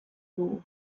dugu